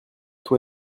toi